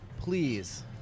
please